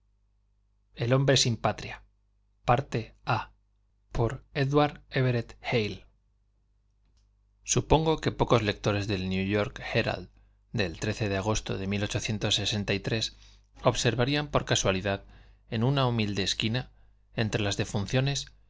patria supongo que pocos lectores del new yor hera de agosto de observarán por casualidad en una humilde esquina entre las defunciones